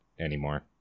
anymore